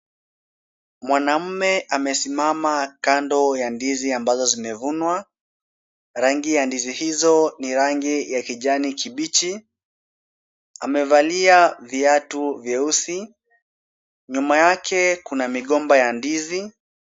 Mwanamume amesimama kando ya ndizi ambazo zimevunwa. Rangi ya ndizi hizo ,ni rangi ya kijani kibichi . Amevalia viatu vyeusi. Nyuma yake, kuna migomba ya ndizi .